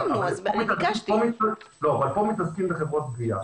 אבל פה מתעסקים בחברות גבייה.